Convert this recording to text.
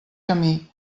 camí